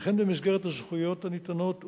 וכן במסגרת הזכויות הניתנות ותנאיהן.